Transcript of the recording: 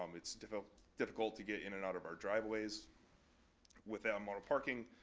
um it's difficult difficult to get in and out of our driveways without more parking.